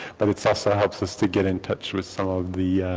but it's also helps us to get in touch with some of the